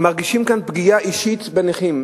מרגישים כאן פגיעה אישית בנכים.